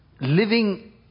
living